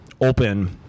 open